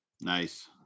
Nice